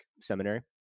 Seminary